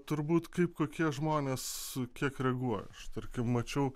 turbūt kaip kokie žmonės kiek reaguoja aš tarkim mačiau